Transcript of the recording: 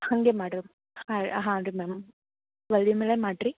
ಹಾಗೇ ಮಾಡಿರಿ ಹಾಂ ರೀ ಮ್ಯಾಮ್ ವಲಿ ಮೇಲೆ ಮಾಡಿರಿ